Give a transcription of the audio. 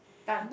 done